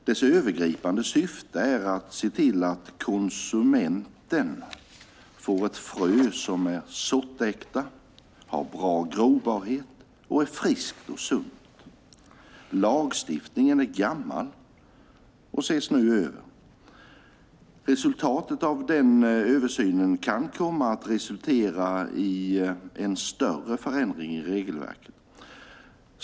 Dess övergripande syfte är att se till att konsumenten får ett frö som är sortäkta och har bra grobarhet och är friskt och sunt. Lagstiftningen är gammal och ses nu över. Resultatet av den översynen kan komma att resultera i en större förändring i regelverket.